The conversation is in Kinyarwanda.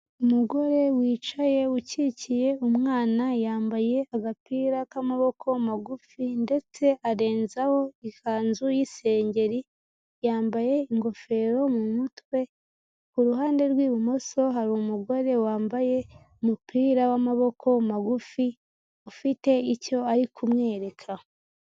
Umugore wicaye ukikiye umwana yambaye agapira k'amaboko magufi, ndetse arenzaho ikanzu y'isengeri, yambaye ingofero mu mutwe, ku ruhande rw'ibumoso hari umugore wambaye umupira w'amaboko magufi, ufite icyo ari kumwereka.